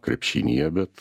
krepšinyje bet